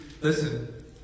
listen